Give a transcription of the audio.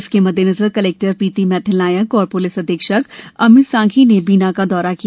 इसके मद्देनजर कलेक्टर श्रीमती प्रीति मैथिल नायक और प्लिस अधीक्षक श्री अमित सांघी ने बीना का दौरा किया